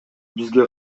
бизге